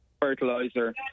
fertilizer